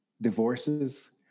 divorces